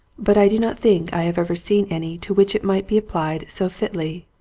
but i do not think i have ever seen any to which it might be applied so fitly.